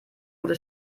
gute